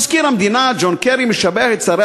מזכיר המדינה ג'ון קרי משבח את שר